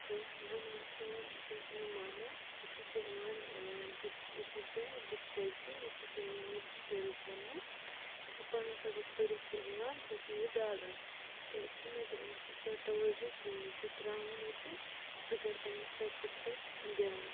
تہٕ وۄنۍ وونُکھ تِمو تٔمۍ سٕنٛدیٚو مامو یہِ چھِ ژےٚ یِوان ڈِس یہِ چھُی ژےٚ ڈِسٹریکشَن یہِ چھُی ژےٚ یِوان یور ڈِسٹرٕب کَرنہِ یہِ چھ پَنُن سَبَق پٔرِتھ ژےٚ یِوان ژےٚ چھِی یہِ ڈالان تہٕ ژٕ مہ دِ أمس تیوٗتاہ تَوَجوٗ کِہیٖنۍ ژٕ تراوُن یہِ تہٕ ژٕ کر پَننِس سَبقَس پیٹھ دیان